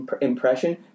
impression